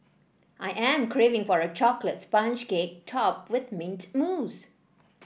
I am craving for a chocolates sponge cake topped with mint mousse